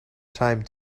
time